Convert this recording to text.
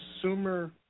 consumer